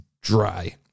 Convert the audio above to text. dry